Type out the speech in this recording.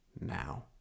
now